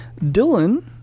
Dylan